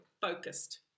focused